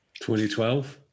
2012